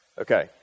Okay